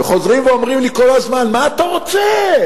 וחוזרים ואומרים לי כל הזמן: מה אתה רוצה?